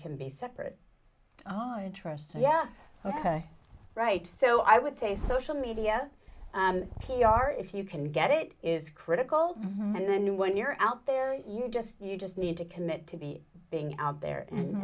can be separate zero interest so yeah ok right so i would say social media and p r if you can get it is critical and then when you're out there you just you just need to commit to be being out there and